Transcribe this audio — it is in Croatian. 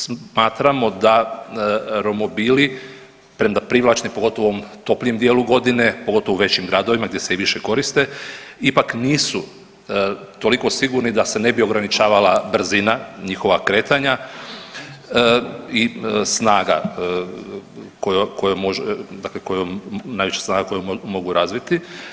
Smatramo da romobili premda privlačni pogotovo u ovom toplijem dijelu godine, pogotovo u većim gradovima gdje se i više koriste ipak nisu toliko sigurni da se ne bi ograničavala brzina njihova kretanja i snaga koju može, dakle kojom, najveća snaga koju mogu razviti.